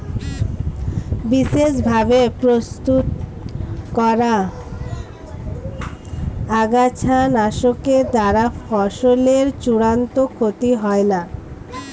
বিশেষ ভাবে প্রস্তুত করা আগাছানাশকের দ্বারা ফসলের চূড়ান্ত ক্ষতি হয় না